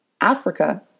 Africa